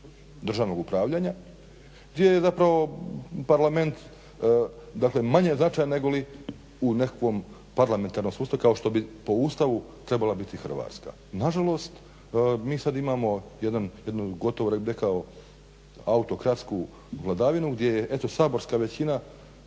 državnog upravljanja gdje je zapravo Parlament dakle manje značajan negoli u nekakvom parlamentarnom sustavu, kao što bi po Ustavu trebala biti Hrvatska. Na žalost mi sad imamo jedan, jednu gotovo bih rekao autokratsku vladavinu, gdje je eto saborska većina